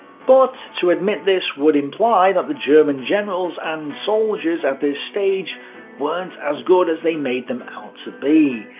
but to admit this would imply that the german generals and soldiers at this stage weren't as good as they made them out to be,